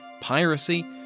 piracy